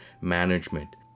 management